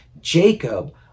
Jacob